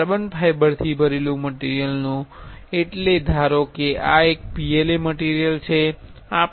carbon ફાઇબરથી ભરેલુ મટીરિયલનો અટલે ધારો કે આ એક PLA મટીરિયલ છે